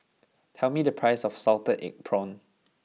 tell me the price of Salted Egg Prawns